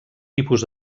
tipus